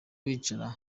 bicara